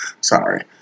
Sorry